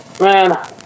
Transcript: man